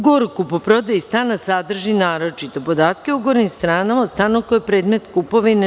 Ugovor o kupoprodaji stana sadrži naročito podatke ugovornih strana o stanu koji je predmet kupovine.